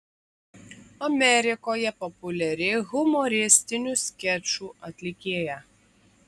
amerikoje populiari humoristinių skečų atlikėja